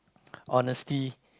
honesty